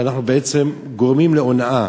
שאנחנו בעצם גורמים להונאה.